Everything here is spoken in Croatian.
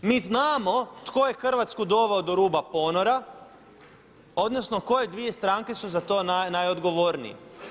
Mi znamo tko je Hrvatsku doveo do ruba ponora odnosno koje dvije stranke su za to najodgovornije.